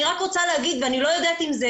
אני רוצה להגיד ואני לא יודעת אם זה